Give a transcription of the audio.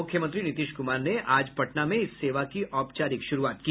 मुख्यमंत्री नीतीश कुमार ने आज पटना में इस सेवा की औपचारिक शुरुआत की